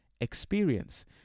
experience